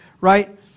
right